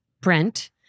Brent